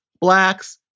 blacks